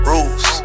Rules